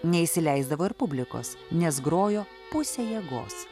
neįsileisdavo ir publikos nes grojo puse jėgos